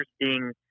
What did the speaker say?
interesting